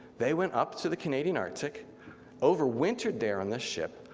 they went up to the canadian arctic overwintered there on the ship,